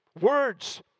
Words